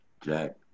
jack